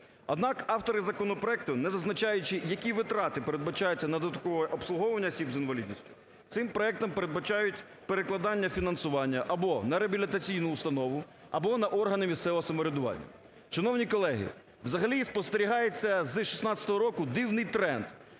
Однак, автори законопроекту, не зазначаючи, які витрати передбачаються на додаткове обслуговування осіб з інвалідністю, цим проектом передбачають перекладання фінансування або на реабілітаційну установу, або на органи місцевого самоврядування. Шановні колеги, взагалі спостерігається з 2016 року дивний тренд: